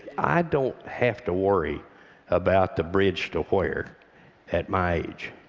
i don't have to worry about the bridge to where at my age.